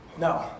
No